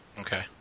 Okay